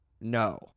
No